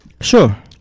Sure